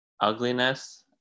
ugliness